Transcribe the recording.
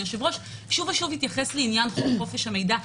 היושב-ראש שוב ושוב התייחס לעניין חופש המידע.